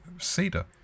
cedar